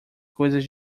coisas